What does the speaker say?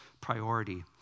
priority